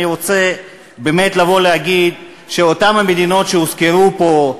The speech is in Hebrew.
אני רוצה באמת לבוא להגיד שבאותן המדינות שהוזכרו פה,